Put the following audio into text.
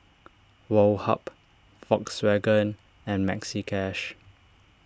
Woh Hup Volkswagen and Maxi Cash